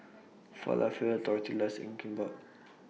Falafel Tortillas and Kimbap